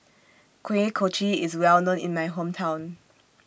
Kuih Kochi IS Well known in My Hometown